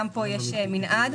גם פה יש מנעד.